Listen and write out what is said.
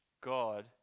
God